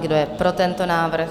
Kdo je pro tento návrh?